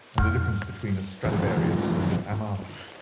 and the difference between a stradivarius and an amati.